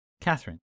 Catherine